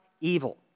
evil